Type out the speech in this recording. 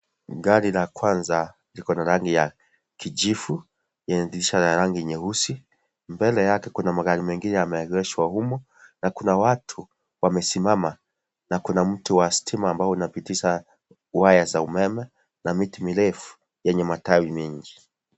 Gari la kwanza liko na rangi ya kijivu yenye dirisha ya rangi nyeusi, mbele yake kuna magari yameegeshwa humu na Kuna watu wamesimama na Kuna mti wa stima unaopitisha waya za umeme na miti mirefu yenye matawi mengi.